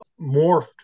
morphed